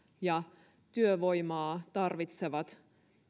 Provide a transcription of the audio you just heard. ja työvoimaa tarvitsevat